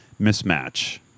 mismatch